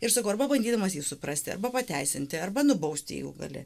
ir sakau arba bandydamas jį suprasti arba pateisinti arba nubausti jeigu gali